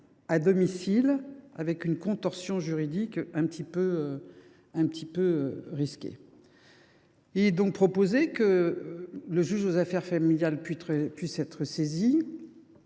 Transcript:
à se livrer à des contorsions juridiques quelque peu risquées. Il est donc proposé que le juge aux affaires familiales puisse être saisi,